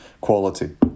quality